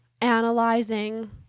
analyzing